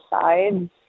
sides